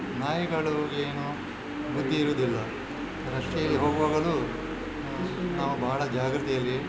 ನಾಯಿಗಳು ಏನು ಬುದ್ದಿ ಇರೋದಿಲ್ಲ ರಸ್ತೆಯಲ್ಲಿ ಹೋಗುವಾಗಲೂ ನಾವು ಬಹಳ ಜಾಗ್ರತೆಯಲ್ಲಿ